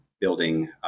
building